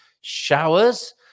showers